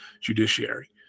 judiciary